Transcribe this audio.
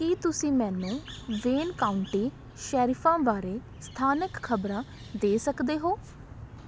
ਕੀ ਤੁਸੀਂ ਮੈਨੂੰ Wayne county ਸ਼ੈਰਿਫਾਂ ਬਾਰੇ ਸਥਾਨਕ ਖ਼ਬਰਾਂ ਦੇ ਸਕਦੇ ਹੋ